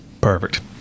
Perfect